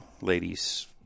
ladies